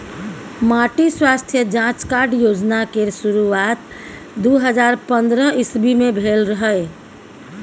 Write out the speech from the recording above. माटि स्वास्थ्य जाँच कार्ड योजना केर शुरुआत दु हजार पंद्रह इस्बी मे भेल रहय